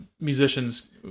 musicians